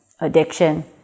addiction